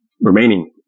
remaining